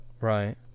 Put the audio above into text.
Right